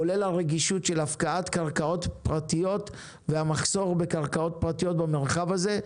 כולל הרגישות של הפקעת קרקעות פרטיות והמחסור בקרקעות פרטיות במרחב הזה,